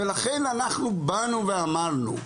לכן, אנחנו באנו ואמרנו: